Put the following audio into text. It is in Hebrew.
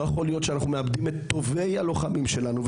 לא יכול להיות שאנחנו מאבדים את טובי הלוחמים שלנו,